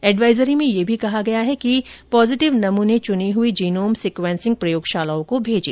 advisory में यह भी कहा गया है कि पॉजिटिव नमूने चुनी हुई जीनोम सिक्वेंसिंग प्रयोगशालाओं को भेजें